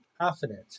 confident